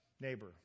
neighbor